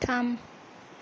थाम